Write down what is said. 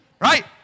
right